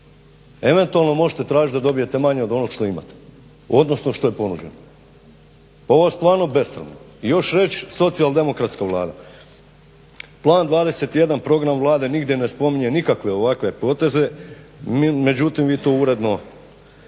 samo ono što dobijete na pismeno, eventualno ono što je ponuđeno. Ovo je stvarno besramno i još reć socijaldemokratska Vlada. Plan 21. Program Vlade nigdje ne spominje nikakve ovakve poteze, međutim vi to uredno